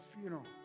funeral